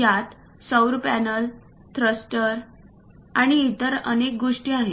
यात सौर panel thruster आणि इतर अनेक गोष्टी आहेत